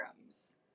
rooms